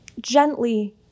gently